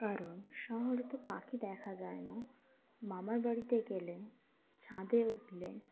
কারণ শহরে তো পাখি দেখা যায় না মামারবাড়িতে গেলে ছাদে উঠলে